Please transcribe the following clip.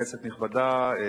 כנסת נכבדה,